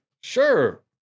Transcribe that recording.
sure